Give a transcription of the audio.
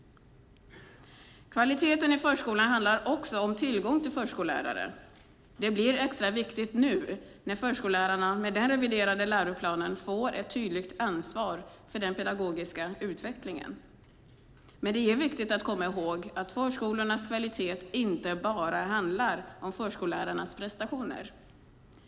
Kvaliteten i förskolan handlar också om tillgång till förskollärare. Det blir extra viktigt nu när förskollärarna med den reviderade läroplanen får ett tydligt ansvar för den pedagogiska utvecklingen. Det är viktigt att komma ihåg att förskolornas kvalitet inte bara handlar om förskollärarnas prestationer.